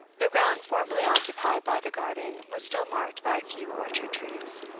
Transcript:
the ground formerly occupied by the garden was still marked by a few orchard trees.